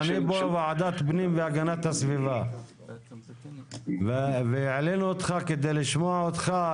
אני פה ועדת הפנים והגנת הסביבה והעלינו אותך כדי לשמוע אותך.